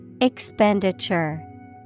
Expenditure